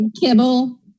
kibble